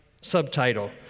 subtitle